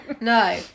No